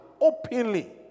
openly